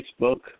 Facebook